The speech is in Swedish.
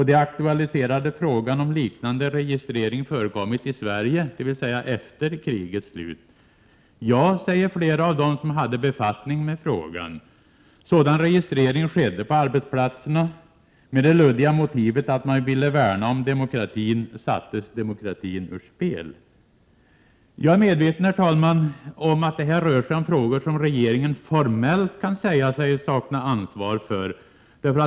Det aktualiserade frågan om liknande registrering förekommit i Sverige, dvs. efter krigets slut. Ja, säger flera av dem som hade befattning med frågan. Sådan registrering skedde på arbetsplatserna med det luddiga motivet att man ville värna om demokratin — då sattes i stället demokratin ur spel. Herr talman! Jag är medveten om att det här rör sig om frågor som regeringen formellt kan säga sig sakna ansvar för.